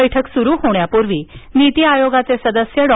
बैठक सुरू होण्यापूर्वी नीती आयोगाचे डॉ